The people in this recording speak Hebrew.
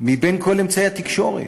מבין כל אמצעי התקשורת.